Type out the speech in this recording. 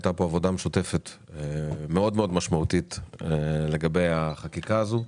הייתה פה עבודה משותפת מאוד משמעותית לגבי החקיקה הזו,